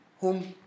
home